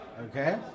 Okay